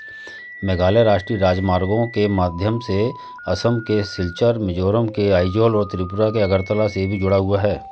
मेघालय राष्ट्रीय राजमार्गों के माध्यम से असम के सिल्चर मिजोरम के आइजोल और त्रिपुरा के अगरतला से भी जुड़ा हुआ है